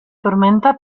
tormenta